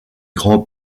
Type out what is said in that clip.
grand